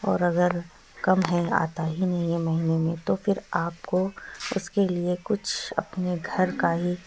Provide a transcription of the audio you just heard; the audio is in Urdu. اور اگر کم ہے آتا ہی نہیں ہے مہینے میں تو پھر آپ کو اس کے لیے کچھ اپنے گھر کا ہی